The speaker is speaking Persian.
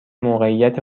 موقعیت